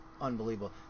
unbelievable